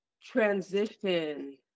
transition